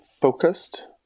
focused